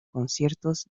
conciertos